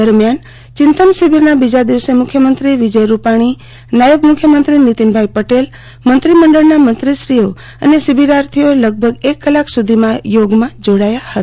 દરમ્યાન ચિંતન શિબિરના બીજા દિવસે મુખ્યમંત્રી વિજય રૂપાણી નાયબ મુખ્યમંત્રી નીતિનભાઇ પટેલ મંત્રીમંડળના મંત્રીશ્રીઓ અને શિબિરાર્થીઓ લગભગ એક કલાક સુધીમાં યોગામાં જોડાયા હતા